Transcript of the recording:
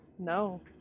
No